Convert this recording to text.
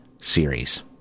series